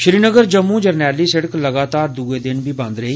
श्रीनगर जम्मू जरनैली शिड़क लगातार दूए दिन बी बंद रेही